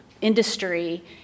industry